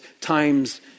times